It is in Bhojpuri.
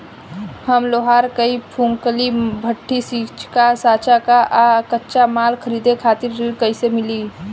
हम लोहार हईं फूंकनी भट्ठी सिंकचा सांचा आ कच्चा माल खरीदे खातिर ऋण कइसे मिली?